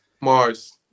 Mars